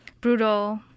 brutal